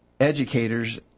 educators